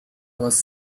was